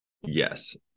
yes